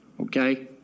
okay